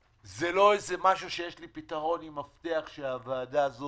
זה לא איזה משהו שיש לי איזה פתרון עם מפתח שהוועדה הזו